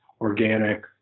organic